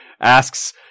asks